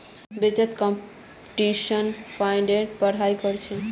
Chetan computational फाइनेंसेर पढ़ाई कर छेक